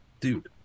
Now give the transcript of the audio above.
Dude